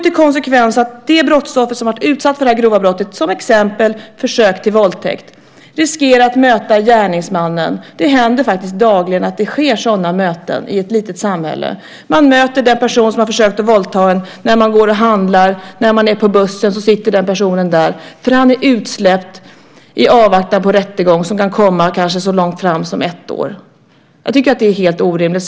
Konsekvensen blir ju att det brottsoffer som varit utsatt för ett så grovt brott som till exempel försök till våldtäkt riskerar att möta gärningsmannen. Dagligen sker faktiskt sådana möten i ett litet samhälle. Man möter den person som försökt våldta en när man går och handlar. Och när man sitter på bussen finns personen där, för han är utsläppt i avvaktan på en rättegång som kanske kommer så långt framåt som ett år. Jag tycker att detta är helt orimligt.